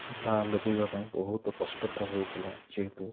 ଚୁଲା ଲଗେଇବା ପାଇଁ ବହୁତ କଷ୍ଟକର ହେଉଥିଲା ଯେହେତୁ